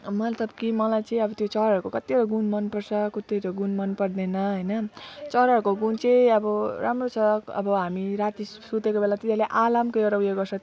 मतलब कि मलाई चाहिँ अब त्यो चराहरूको कतिवटा गुण मन पर्छ कतिवटा गुण मन पर्दैन हैन चराहरूको गुण चाहिँ अब राम्रो छ अब हामी राति सुतेको बेला तिनीहरूले अलार्मको एउटा ऊ यो गर्छ